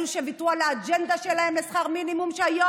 אלו שוויתרו על האג'נדה שלהם לשכר מינימום שהיום